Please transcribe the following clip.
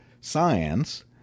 science